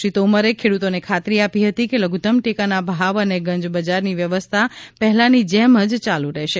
શ્રી તોમરે ખેડૂતોને ખાતરી આપી હતી કે લઘુત્તમ ટેકાના ભાવ અને ગંજબજારની વ્યવસ્થા પહેલાંની જેમ જ ચાલુ રહેશે